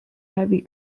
heavy